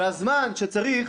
הזמן שצריך